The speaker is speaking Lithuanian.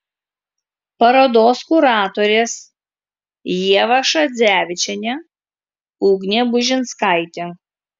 parodos kuratorės ieva šadzevičienė ugnė bužinskaitė